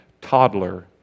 Toddler